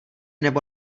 nebo